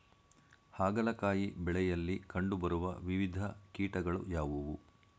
ಹಾಗಲಕಾಯಿ ಬೆಳೆಯಲ್ಲಿ ಕಂಡು ಬರುವ ವಿವಿಧ ಕೀಟಗಳು ಯಾವುವು?